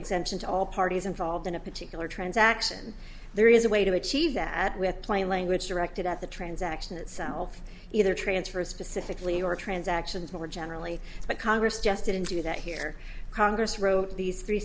exemption to all parties involved in a particular transaction there is a way to achieve that with plain language directed at the transaction itself either transfer specifically or transactions more generally but congress just didn't do that here congress wrote these three